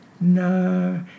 No